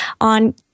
on